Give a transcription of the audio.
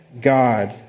God